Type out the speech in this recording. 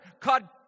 God